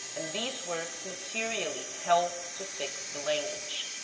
and these works materially helped to fix the language.